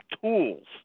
tools